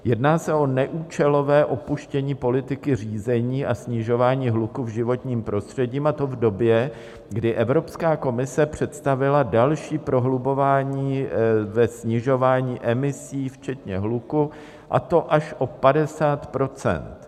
Jedná se o neúčelové opuštění politiky řízení a snižování hluku v životním prostředí, a to v době, kdy Evropská komise představila další prohlubování ve snižování emisí včetně hluku, a to až o 50 %.